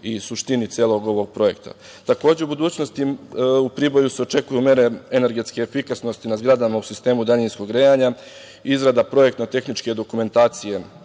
i suštini celog ovog projekta. Takođe, u budućnosti u Priboju se očekuju mere energetske efikasnosti na zgradama u sistemu daljinskog grejana, izrada projektno-tehničke dokumentacije